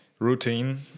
routine